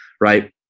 right